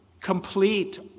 complete